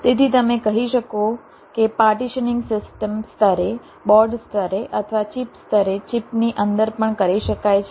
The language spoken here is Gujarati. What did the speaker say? તેથી તમે કહી શકો કે પાર્ટીશનીંગ સિસ્ટમ સ્તરે બોર્ડ સ્તરે અથવા ચિપ સ્તરે ચિપની અંદર પણ કરી શકાય છે